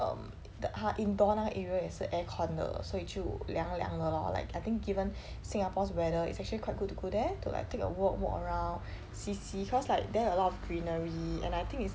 um th~ 他 indoor 那个 area 也是 aircon 的所以就凉凉的 lor like I think given singapore's weather it's actually quite good to go there to like take a walk walk around see see cause like there a lot of greenery and I think it's